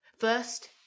First